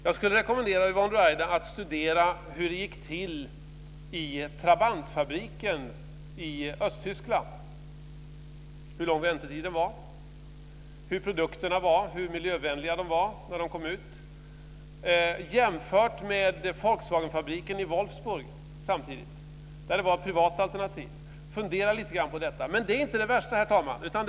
Jag rekommenderar Yvonne Ruwaida att studera hur det gick till i Trabantfabriken i Östtyskland - hur lång väntetiden var, hur miljövänliga produkterna var - jämfört med Volkswagenfabriken i Wolfsburg, ett privat alternativ. Fundera lite grann på detta. Men detta är inte det värsta, herr talman.